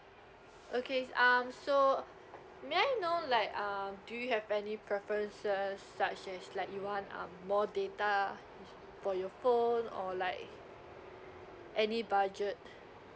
okay um so may I know like um do you have any preferences such as like you want um more data for your phone or like any budget